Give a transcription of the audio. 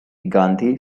gandhi